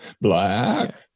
Black